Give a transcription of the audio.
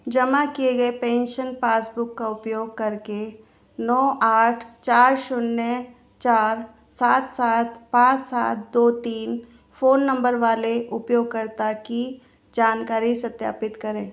जमा किए गए पेंशन पासबुक का उपयोग करके नौ आठ चार शून्य चार सात सात पाँच सात दो तीन फ़ोन नंबर वाले उपयोगकर्ता की जानकारी सत्यापित करें